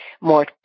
more